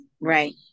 right